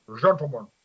gentlemen